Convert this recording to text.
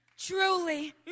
Truly